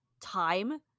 time